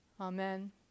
Amen